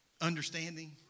understanding